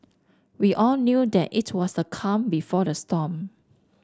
we all knew that it was the calm before the storm